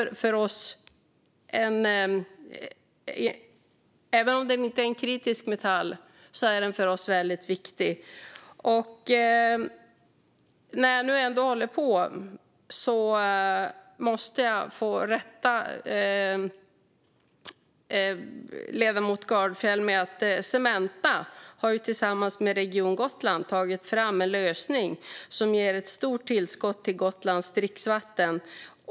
Även om guld inte är en kritisk metall är den som sagt viktig. Jag måste också rätta ledamoten Gardfjell. Cementa har tillsammans med Region Gotland tagit fram en lösning som ger Gotland ett stort tillskott av dricksvatten.